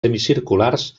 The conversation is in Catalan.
semicirculars